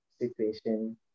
situation